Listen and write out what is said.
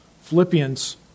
Philippians